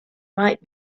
might